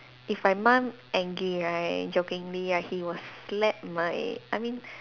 if my mum angry right jokingly right he will slap my I mean